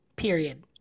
period